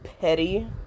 petty